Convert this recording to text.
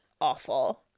awful